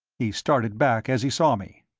he started back as he saw me.